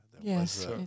Yes